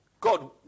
God